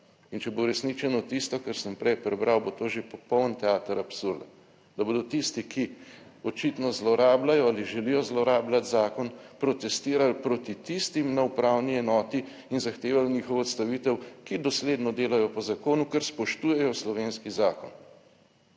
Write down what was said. in če bo uresničeno tisto kar sem prej prebral, bo to že popoln teater absurda, da bodo tisti, ki očitno zlorabljajo ali želijo zlorabljati zakon, protestirali proti tistim na upravni enoti in zahtevali njihovo odstavitev, ki dosledno delajo po zakonu, ker spoštujejo slovenski zakon.